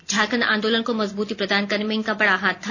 झारखंड आंदोलन को मजबूती प्रदान करने में इनका बड़ हाथ था